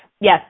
yes